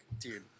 dude